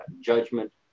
judgment